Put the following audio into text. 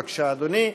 בבקשה, אדוני.